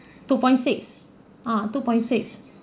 two point six ah two point six